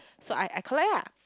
so I I collect ah